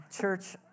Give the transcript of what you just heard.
church